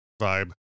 vibe